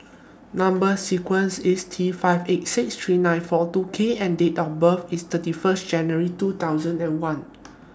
Number sequence IS T five eight six three nine four two K and Date of birth IS thirty First January two thousand and one